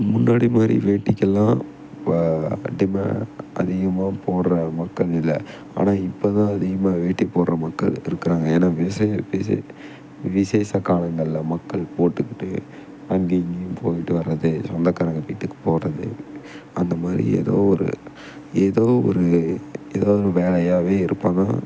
முன்னாடி மாதிரி வேடிக்குகெல்லாம் இப்போ டிமாண் அதிகமாக போடுற மக்கள் இல்லை ஆனால் இப்போ தான் அதிகமாக வேட்டி போடுற மக்கள் இருக்கிறாங்க ஏன்னா விஷே விஷே விஷேச காலங்களில் மக்கள் போட்டுக்கிட்டு அங்கேயும் இங்கிங்யும் போயிட்டு வரது சொந்தக்காரங்க வீட்டுக்கு போகறது அந்த மாதிரி எதோ ஒரு எதோ ஒரு எதாவது ஒரு வேலையாகவே இருப்பாங்க